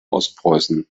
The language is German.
ostpreußen